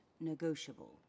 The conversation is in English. negotiable